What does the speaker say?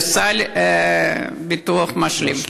לסל ביטוח משלים.